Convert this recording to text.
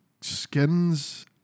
skins